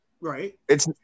right